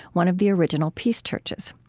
one of the original peace churches.